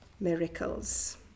miracles